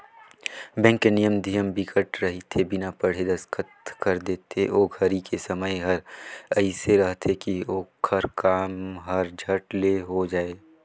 bank के नियम धियम बिकट रहिथे बिना पढ़े दस्खत कर देथे ओ घरी के समय हर एइसे रहथे की ओखर काम हर झट ले हो जाये